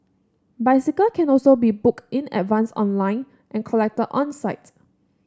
bicycle can also be booked in advance online and collected on site